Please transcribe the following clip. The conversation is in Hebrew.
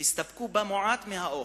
"תסתפקו במועט מהאוכל,